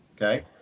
okay